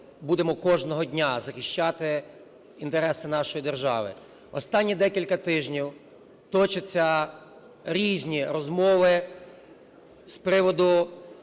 будемо кожного дня захищати інтереси нашої держави. Останні декілька тижнів точаться різні розмови з приводу